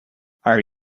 are